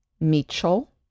Mitchell